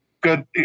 good